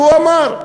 והוא אמר: